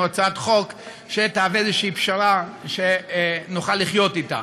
הצעת חוק שתהווה איזושהי פשרה שנוכל לחיות אתה.